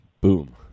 Boom